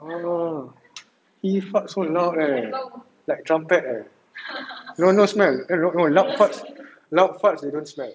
ah he fart so loud right like trumpet eh no no smell no no loud farts loud farts they don't smell